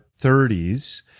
30s